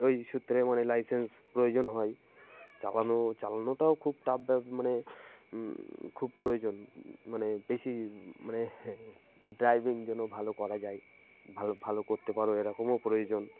ওই সূত্রে মানে লাইসেন্স প্রয়োজন হয় চালানো চালানোটাও খুব টাফ মানে খুব প্রয়োজন মানে বেশি মানে ড্রাইভিং যেন ভালো করা যায় ভালো ভালো করতে পারো এরকমও প্রয়োজন